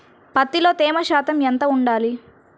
పత్తిలో తేమ శాతం ఎంత ఉండాలి?